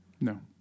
No